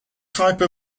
type